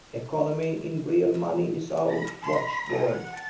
economy in real money is our watchword.